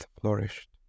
flourished